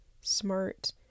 smart